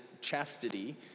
chastity